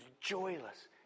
joyless